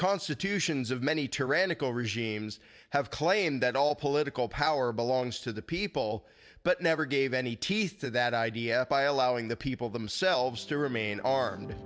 constitutions of many tyrannical regimes have claimed that all political power belongs to the people but never gave any teeth to that idea by allowing the people themselves to remain armed